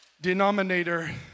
denominator